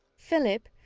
philip,